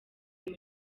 muri